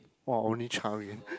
!wah! only child again